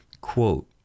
Quote